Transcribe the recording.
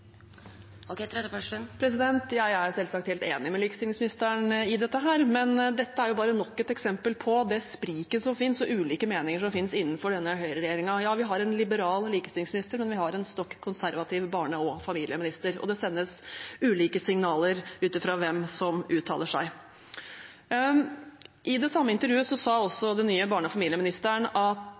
Jeg er selvsagt helt enig med likestillingsministeren i dette, men dette er jo bare nok et eksempel på det spriket som finnes, og de ulike meninger som finnes innenfor denne høyreregjeringen. Ja, vi har en liberal likestillingsminister, men vi har en stokk konservativ barne- og familieminister, og det sendes ulike signaler ut fra hvem som uttaler seg. I det samme intervjuet sa også den nye barne- og familieministeren at